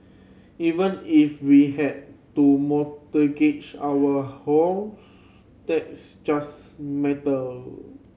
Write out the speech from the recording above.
even if we had to mortgage our house that's just metal